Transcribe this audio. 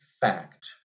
fact